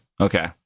Okay